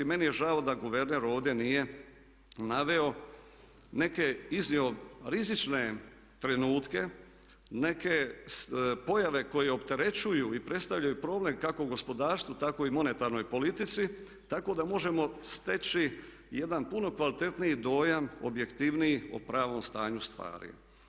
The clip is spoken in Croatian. Meni je žao da guverner ovdje nije naveo neke iznio rizične trenutke, neke pojave koje opterećuju i predstavljaju problem kako gospodarstvu tako i monetarnoj politici, tako da možemo steći jedan puno kvalitetniji dojam objektivniji o pravom stanju stvari.